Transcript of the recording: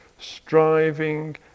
striving